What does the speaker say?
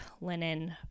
linen